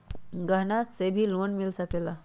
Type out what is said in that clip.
गहना से भी लोने मिल सकेला?